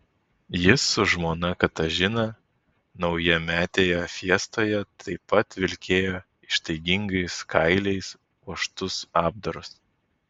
jis su žmona katažina naujametėje fiestoje taip pat vilkėjo ištaigingais kailiais puoštus apdarus